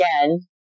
again